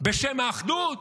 בשם האחדות,